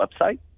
website